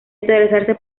interesarse